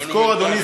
תזכור, מונומנטלי.